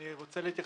אני רוצה להתייחס